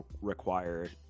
require